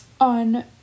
On